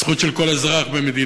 הזכות של כל אזרח במדינה